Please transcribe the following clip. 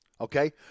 Okay